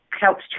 helps